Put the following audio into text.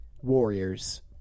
warriors